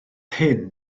hyn